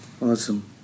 Awesome